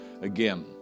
again